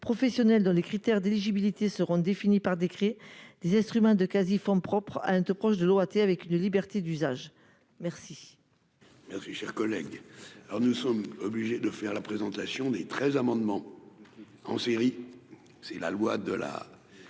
professionnels dans les critères d'éligibilité seront définies par décret, des instruments de quasi-fonds propres, à un taux proche de l'OAT, avec une liberté d'usage merci. Merci, cher collègue, alors nous sommes obligés de faire la présentation des 13 amendements en série, c'est la loi de la